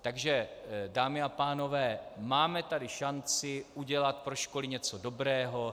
Takže dámy a pánové, máme tady šanci udělat pro školy něco dobrého.